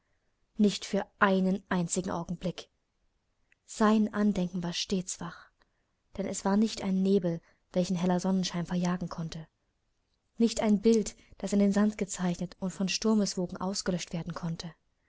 nicht für einen einzigen augenblick sein andenken war stets wach denn es war nicht ein nebel welchen heller sonnenschein verjagen konnte nicht ein bild das in den sand gezeichnet und von sturmeswogen ausgelöscht werden konnte